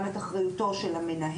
גם את אחריותו של המנהל,